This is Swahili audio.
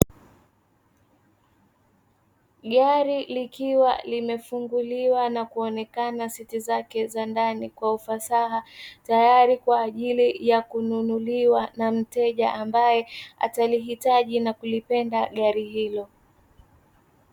Gari likiwa limefunguliwa na kuonekana siti zake za ndani kwa ufasaha, tayari kwaajili ya kununuliwa na mteja ambaye ataliitaji na kulipenda gari hilo.